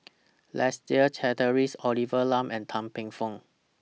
Leslie Charteris Olivia Lum and Tan Paey Fern